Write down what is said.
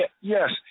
yes